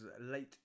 late